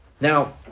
Now